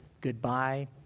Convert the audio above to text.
goodbye